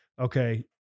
okay